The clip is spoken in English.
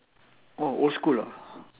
oh old school ah